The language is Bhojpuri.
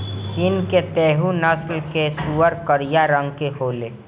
चीन के तैहु नस्ल कअ सूअर करिया रंग के होले